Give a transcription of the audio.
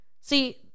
see